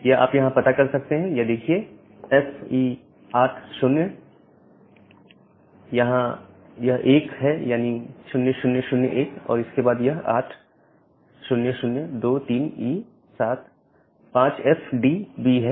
यह आप यहां पता कर सकते हैं यह देखिए यह FE80 है यहां यह 1 है यानी यह 0001 है और उसके बाद यह 8 0023E7 5FDB है